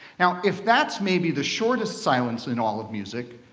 now, if that's maybe the shortest silence in all of music,